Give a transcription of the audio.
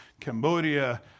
Cambodia